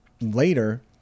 later